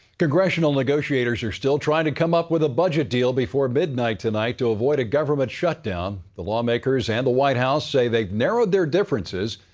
congressional negotiators are still trying to come up with a budget deal before midnight tonight to avoid a government shutdown. the lawmakers and the white house say they've narrowed their differences,